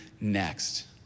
next